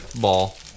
ball